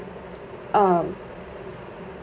um